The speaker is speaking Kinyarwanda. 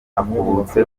akubutse